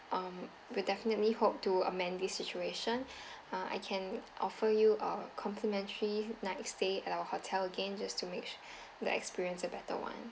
um we definitely hope to amend this situation uh I can offer you a complementary night stay at our hotel again just to make the experience a better one